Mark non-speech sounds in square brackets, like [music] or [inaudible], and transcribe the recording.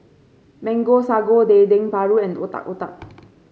Mango Sago Dendeng Paru and Otak Otak [noise]